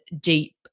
deep